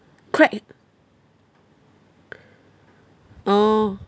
crack it orh